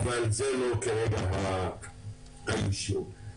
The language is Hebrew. אבל זה כרגע לא העניין.